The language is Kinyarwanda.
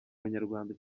banyarwanda